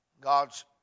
God's